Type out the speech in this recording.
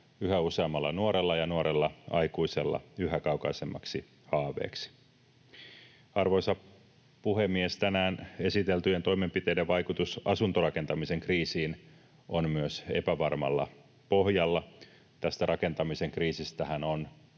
yhä useammalla nuorella ja nuorella aikuisella yhä kaukaisemmaksi haaveeksi. Arvoisa puhemies! Tänään esiteltyjen toimenpiteiden vaikutus asuntorakentamisen kriisiin on myös epävarmalla pohjalla. Tästä rakentamisen kriisistähän on